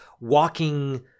walking